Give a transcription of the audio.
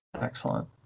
Excellent